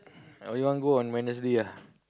or you want go on Wednesday ah